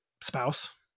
spouse